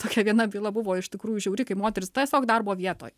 tokia viena byla buvo iš tikrųjų žiauri kai moteris tiesiog darbo vietoj